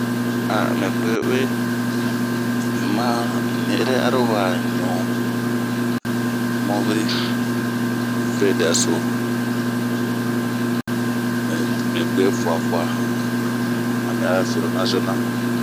Ah mi gue'uwe, un ma ni'ere aro wa ɲu moviri fɛdɛso, Mi gue fua fua ami a firo naso na.